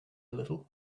little